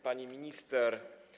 Pani Minister!